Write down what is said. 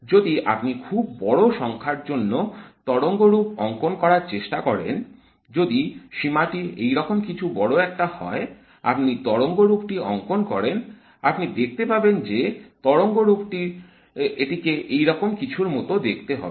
যদি আপনি খুব বড় সংখ্যার জন্য তরঙ্গরূপ অঙ্কন করার চেষ্টা করেন যদি সীমা টি এরকম কিছু বড় একটা হয় আপনি তরঙ্গরূপটি অঙ্কন করেন আপনি দেখতে পাবেন যে তরঙ্গরূপটির এটিকে এরকম কিছুর মত দেখতে হবে